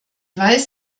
weiß